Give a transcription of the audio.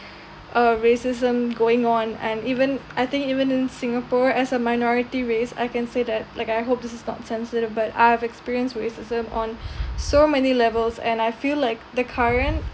uh racism going on and even I think even in singapore as a minority race I can say that like I hope this is not sensitive but I have experienced racism on so many levels and I feel like the current